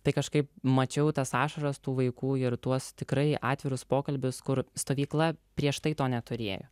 tai kažkaip mačiau tas ašaras tų vaikų ir tuos tikrai atvirus pokalbius kur stovykla prieš tai to neturėjo